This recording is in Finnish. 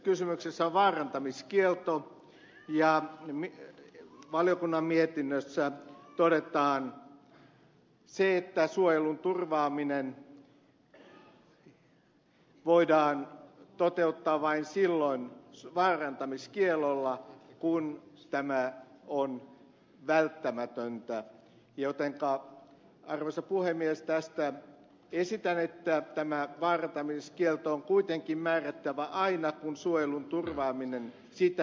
kysymyksessä on vaarantamiskielto ja valiokunnan mietinnössä todetaan että suojelun turvaaminen voidaan toteuttaa vain silloin vaarantamiskiellolla kun tämä on tämä on välttämätöntä jotenka arvoisa puhemies esitän että tämä vaarantamiskielto on kuitenkin määrättävä aina kun suojelun turvaaminen sitä edellyttää